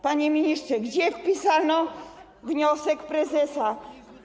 Panie ministrze, gdzie wpisano wniosek prezesa?